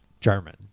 German